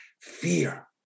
fear